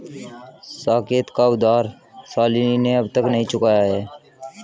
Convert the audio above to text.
साकेत का उधार शालिनी ने अब तक नहीं चुकाया है